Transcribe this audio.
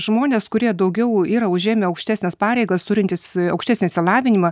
žmonės kurie daugiau yra užėmę aukštesnes pareigas turintys aukštesnį išsilavinimą